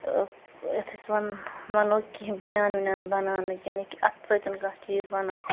أ أتھۍ أسۍ وَن وَنو کیٚنٛہہ بنیٛان ونیٛان بَناونٕکۍ یعنی کہِ اَتھ سۭتۍ کانٛہہ چیٖز وَنان